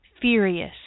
furious